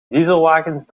dieselwagens